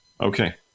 Okay